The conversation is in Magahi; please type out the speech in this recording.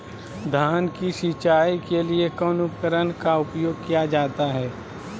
धान की सिंचाई के लिए कौन उपकरण का उपयोग किया जाता है?